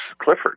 Clifford